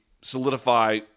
solidify